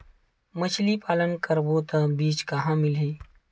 मछरी पालन करबो त बीज कहां मिलही?